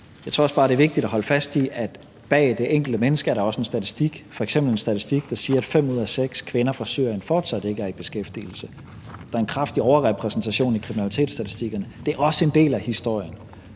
Jeg tror også bare, at det er vigtigt at holde fast i, at bag det enkelte menneske er der også en statistik, f.eks. en statistik, der siger, at fem ud af seks kvinder fra Syrien fortsat ikke er i beskæftigelse, og at der er en kraftig overrepræsentation i kriminalstatistikkerne. Det er også en del af historien.